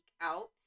out